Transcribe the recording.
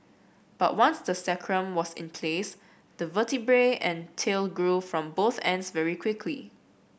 but once the sacrum was in place the vertebrae and tail grew from both ends very quickly